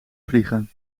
vliegen